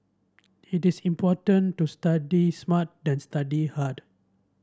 it is important to study smart than study hard